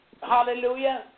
Hallelujah